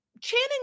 Channing